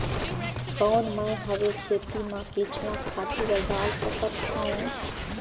कौन मैं हवे खेती मा केचुआ खातु ला डाल सकत हवो?